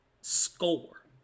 score